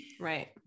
Right